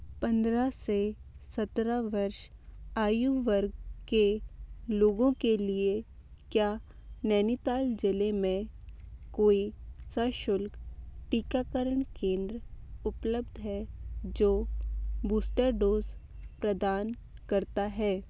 पन्द्रह से सत्रह वर्ष आयु वर्ग के लोगों के लिए क्या नैनीताल जिले में कोई सशुल्क टीकाकरण केंद्र उपलब्ध है जो बूस्टर डोज़ प्रदान करता है